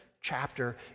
chapter